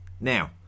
Now